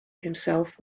himself